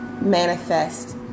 manifest